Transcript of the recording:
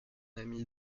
ami